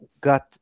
got